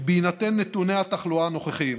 שבהינתן נתוני התחלואה הנוכחיים,